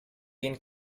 been